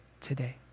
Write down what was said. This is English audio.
today